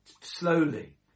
slowly